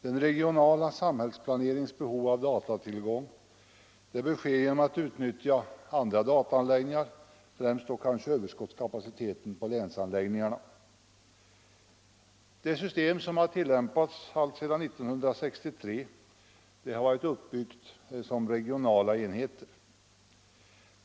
Den regionala samhällsplaneringens behov av dataservice bör tillgodoses genom att andra dataanläggningar utnyttjas, främst då kanske överskottskapaciteten på länsanläggningarna. Det system som har tillämpats alltsedan 1963 har varit uppbyggt som regionala enheter.